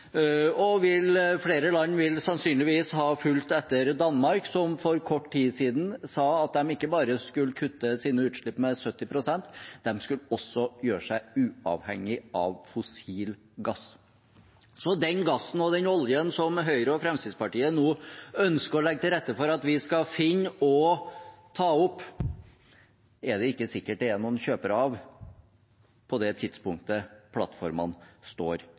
flere land vil sannsynligvis ha fulgt etter Danmark, som for kort tid siden sa at ikke bare skulle de kutte sine utslipp med 70 pst., de skulle også gjøre seg uavhengig av fossil gass. Så den gassen og den oljen som Høyre og Fremskrittspartiet nå ønsker å legge til rette for at vi skal finne og ta opp, er det ikke sikkert det er noen kjøpere av på det tidspunktet plattformene står